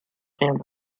rien